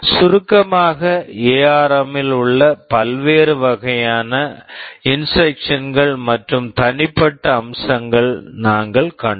சுருக்கமாக எஆர்எம் ARM M உள்ள பல்வேறு வகையான இன்ஸ்ட்ரக்க்ஷன்ஸ் instructions கள் மற்றும் தனிப்பட்ட அம்சங்களை நாங்கள் கண்டோம்